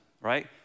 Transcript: right